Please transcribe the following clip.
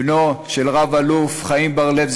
בנו של רב-אלוף חיים בר-לב,